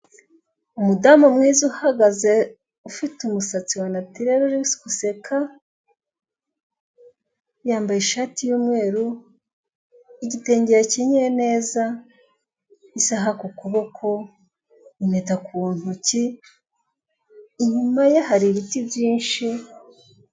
Umudamu mwiza uhagaze, ufite umusatsi wa natirere, uri guseka, yambaye ishati y'umweru, igitenge yakenyeye neza, isaha ku kuboko, impeta ku ntoki, inyuma ye hari ibiti byinshi,...